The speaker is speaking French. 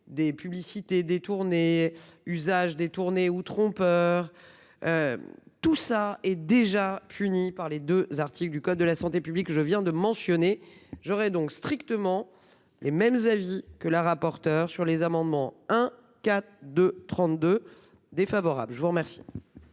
des publicités détournées. Usage détourné ou trompeurs. Tout ça est déjà puni par les 2 articles du code de la santé publique, je viens de mentionner, j'aurais donc strictement les mêmes avis que la rapporteur sur les amendements un quatre de 32 défavorable. Je vous remercie.